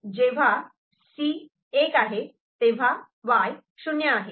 जेव्हा C 1 तेव्हा Y 0 आहे